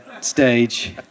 stage